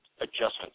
adjustments